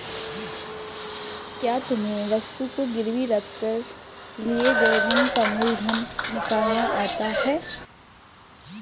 क्या तुम्हें वस्तु को गिरवी रख कर लिए गए ऋण का मूलधन निकालना आता है?